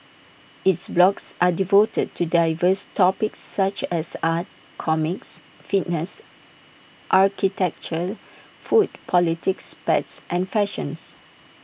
its blogs are devoted to diverse topics such as art comics fitness architecture food politics pets and fashions